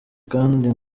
kandi